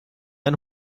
ein